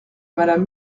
madame